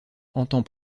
entend